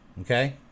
Okay